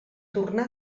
tornar